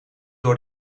door